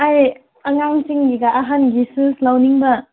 ꯑꯩ ꯑꯉꯥꯡꯁꯤꯡꯒꯤꯒ ꯑꯍꯟꯒꯤ ꯁꯨꯁ ꯂꯧꯅꯤꯡꯕ